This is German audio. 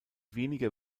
weniger